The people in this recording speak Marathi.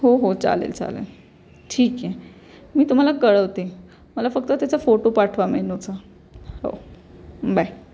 हो हो चालेल चालेल ठीक आहे मी तुम्हाला कळवते मला फक्त त्याचा फोटो पाठवा मेनूचा हो बाय